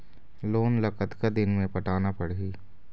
Loan ला कतका दिन मे पटाना पड़ही?